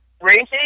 racing